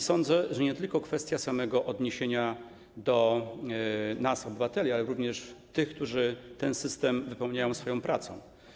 Sądzę, że chodzi tu nie tylko o kwestię samego odniesienia tego do nas, obywateli, ale również do tych, którzy ten system wypełniają swoją pracą.